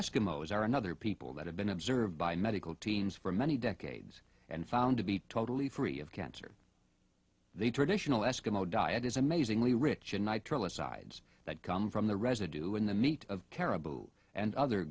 eskimos are another people that have been observed by medical teams for many decades and found to be totally free of cancer the traditional eskimo diet is amazingly rich nitrile asides that come from the residue in the meat of caribou and other